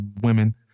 women